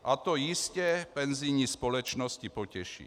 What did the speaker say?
A to jistě penzijní společnosti potěší.